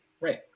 Right